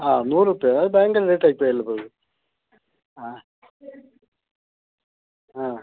ആ നൂറുപ്യ അത് ഭയങ്കര റേറ്റ് ആയി പോയല്ലപ്പാ അത് ആ ആ